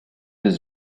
was